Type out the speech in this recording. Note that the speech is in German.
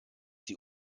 sie